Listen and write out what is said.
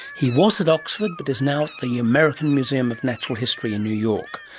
he was at oxford but is now at the american museum of natural history in new york.